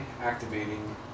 activating